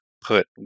put